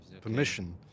permission